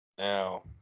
now